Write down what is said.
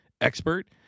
expert